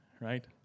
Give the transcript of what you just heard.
Right